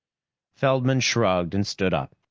feldman shrugged and stood up.